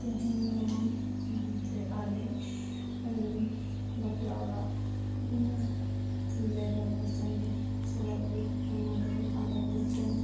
ᱛᱮᱦᱮᱧ ᱱᱚᱣᱟ ᱨᱮ ᱟᱞᱮ ᱵᱟᱯᱞᱟ ᱚᱲᱟᱜ ᱚᱱᱟ ᱵᱚᱦᱨᱟᱜᱚᱲᱟ ᱥᱮᱱᱞᱮ ᱪᱟᱞᱟᱜ ᱚᱱᱟ ᱞᱟᱹᱜᱤᱫ ᱚᱱᱟ ᱞᱟᱹᱜᱤᱫ ᱟᱞᱮ ᱢᱤᱫᱴᱟᱝ